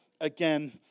again